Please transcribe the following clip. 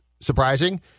surprising